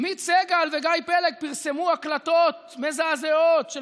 עמית סגל וגיא פלג פרסמו הקלטות מזעזעות של